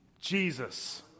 Jesus